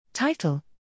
Title